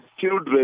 children